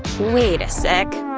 wait a second,